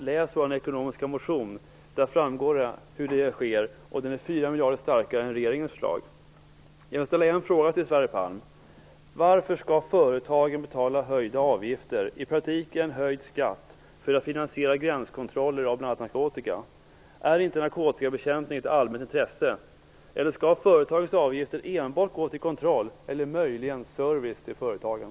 Läs vår ekonomiska motion! Av den framgår det. Den är 4 miljarder starkare än regeringens förslag. Jag vill ställa en fråga till Sverre Palm: Varför skall företagen betala höjda avgifter - i praktiken höjd skatt - för att finansiera gränskontroller av bl.a. narkotika? Är inte narkotikabekämpning ett allmänt intresse? Eller skall företagens avgifter enbart gå till kontroll av eller möjligen service till företagen?